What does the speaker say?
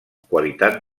qualitat